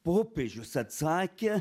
popiežius atsakė